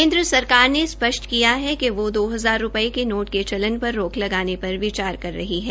केन्द्र सरकार ने स्पष्ट किया है कि वो दो हजार रूपये के नोट के चलन पर रोक लगाने पर विचार नहीं कर रही है